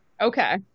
Okay